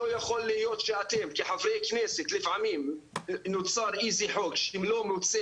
לא יכול להיות שאתם כחברי כנסת לפעמים נוצר איזה חוק שלא מוצא